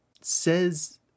says